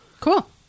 Cool